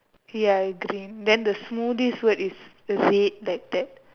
ya green then the smoothies word is red like that